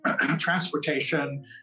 transportation